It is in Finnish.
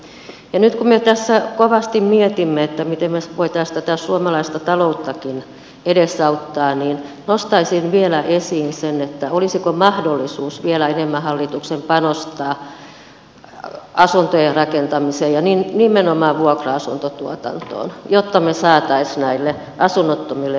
nyt kun me tässä kovasti mietimme miten me voisimme tätä suomalaista talouttakin edesauttaa nostaisin vielä esiin sen olisiko mahdollisuus vielä enemmän hallituksen panostaa asuntojen rakentamiseen ja nimenomaan vuokra asuntotuotantoon jotta me saisimme asunnottomille nuorille tarpeeksi asuntoja